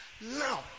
now